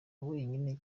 wenyine